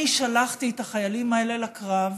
אני שלחתי את החיילים האלה לקרב,